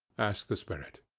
asked the spirit.